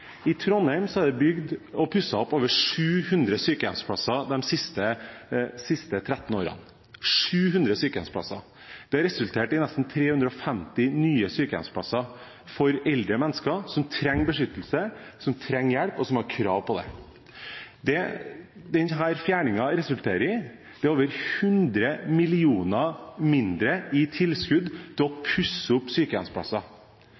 I Trondheim er det bygd og pusset opp over 700 sykehjemsplasser de siste 13 årene – 700 sykehjemsplasser! Det resulterte i nesten 350 nye sykehjemsplasser for eldre mennesker som trenger beskyttelse, som trenger hjelp, og som har krav på det. Det denne fjerningen resulterer i, er over 100 mill. kr mindre i tilskudd til å